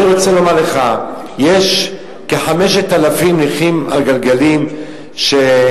אני רוצה לומר לך שיש כ-5,000 נכים בכיסאות גלגלים שבגלל